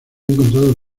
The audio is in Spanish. encontrado